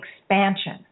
expansion